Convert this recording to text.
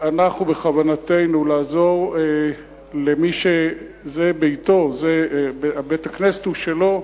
בכוונתנו לעזור למי שזה ביתו, בית-הכנסת הוא שלו,